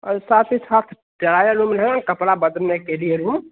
और साथ ही साथ ट्रायल रूम है कपड़ा बदलने के लिए रूम